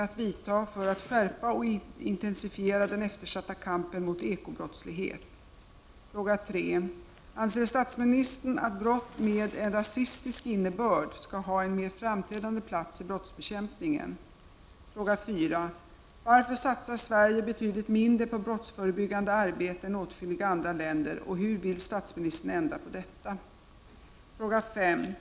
Anser statsministern att brott med en rasistisk innebörd skall ha en mer framträdande plats i brottsbekämpningen? 4. Varför satsar Sverige betydligt mindre på brottsförebyggande arbete än åtskilliga andra länder och hur vill statsministern ändra på detta? 5.